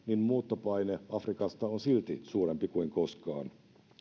muuttopaine afrikasta on silti suurempi kuin koskaan